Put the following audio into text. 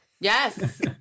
Yes